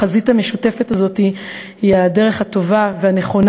החזית המשותפת הזאת היא הדרך הטובה והנכונה